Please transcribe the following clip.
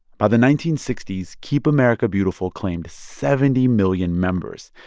by the nineteen sixty s, keep america beautiful claimed seventy million members.